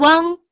One